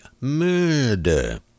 murder